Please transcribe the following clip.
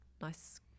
nice